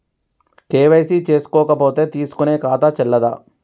KYC చేసుకోకపోతే తీసుకునే ఖాతా చెల్లదా?